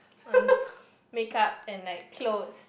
on make up and like clothes